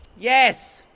yes.